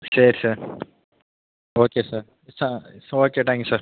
சரி sir okay sir சா okay thank you sir